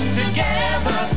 together